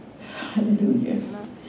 Hallelujah